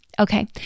Okay